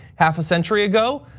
half a century ago,